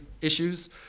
issues